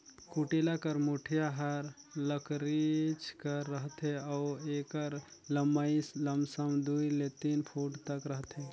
कुटेला कर मुठिया हर लकरिच कर रहथे अउ एकर लम्मई लमसम दुई ले तीन फुट तक रहथे